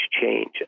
change